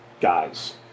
guys